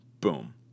Boom